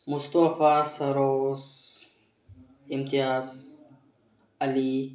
Mustafa Sarosh Imtiyaz Ali